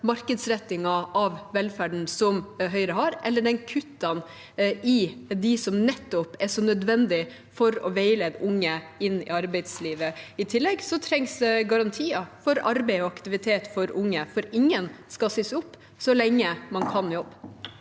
markedsrettingen av velferden som Høyre har, eller de kuttene i det som nettopp er så nødvendig for å veilede unge inn i arbeidslivet. I tillegg trengs det garantier for arbeid og aktivitet for unge, for ingen skal sies opp så lenge man kan jobbe.